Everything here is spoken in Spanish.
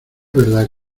verdad